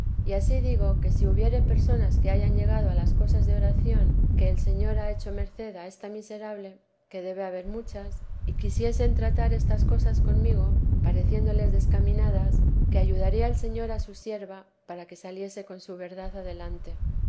y ansí digo que si hubiere personas que hayan llegado a las cosas de oración que el señor ha hecho merced a esta miserable que debe haber muchas y quisiesen tratar estas cosas conmigo pareciéndoles descaminadas que ayudaría el señor a su sierva para que saliese con su verdad adelante